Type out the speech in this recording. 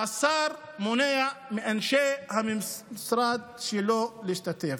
והשר מונע מאנשי המשרד שלו להשתתף.